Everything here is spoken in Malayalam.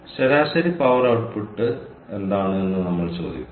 ശരാശരി പവർ ഔട്ട്പുട്ട് എന്താണ് എന്ന് നമ്മൾ ചോദിക്കുന്നു